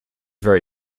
very